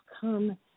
come